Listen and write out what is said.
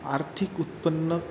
आर्थिक उत्पन्न